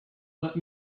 let